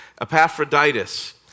Epaphroditus